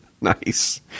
Nice